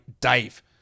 Dave